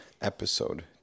episode